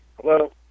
Hello